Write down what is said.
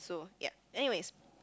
so ya anyways